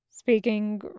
Speaking